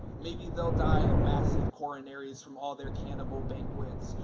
maybe they'll die of massive coronaries from all their cannibal banquets,